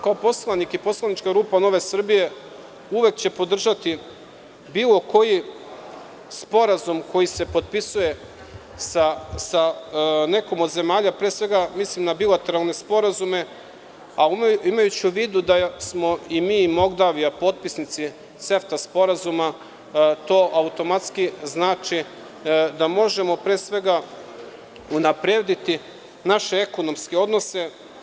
Kao poslanik i poslanička grupa NS uvek ću podržati bilo koji sporazum koji se potpisuje sa nekom od zemalja, pre svega mislim na bilateralne sporazume, a imajući u vidu da smo i mi i Moldavija potpisnici CEFTA sporazuma, to automatski znači da možemo pre svega unaprediti naše ekonomske odnose.